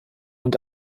und